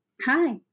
hi